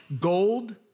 Gold